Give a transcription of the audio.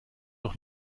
doch